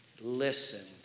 Listen